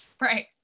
Right